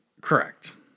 correct